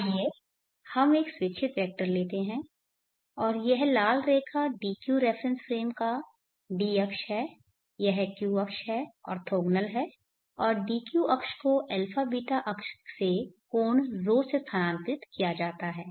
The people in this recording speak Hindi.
आइए हम एक स्वेच्छित वेक्टर लेते हैं और यह लाल रेखा dq रेफरेन्स फ्रेम का d अक्ष है यह q अक्ष है ऑर्थोगोनल है और dq अक्ष को αβ अक्ष से कोण ρ से स्थानांतरित किया जाता है